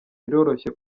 biroroshye